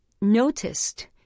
noticed